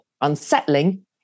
unsettling